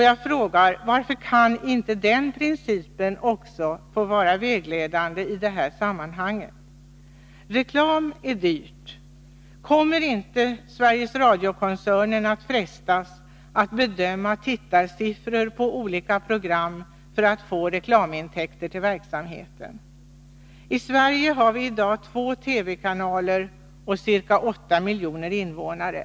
Jag frågar: Varför kan inte den principen få vara vägledande också i det här sammanhanget? Reklam är dyrt. Kommer inte Sveriges Radio-koncernen att frestas till att bedöma tittarsiffrorna för olika program för att få reklamintäkter till verksamheten? I Sverige har vi i dag två TV-kanaler och ca 8 miljoner invånare.